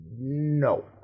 No